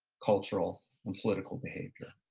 cultural and political behavior.